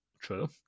true